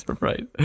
Right